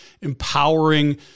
empowering